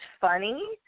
funny